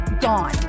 gone